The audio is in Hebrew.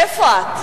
איפה את?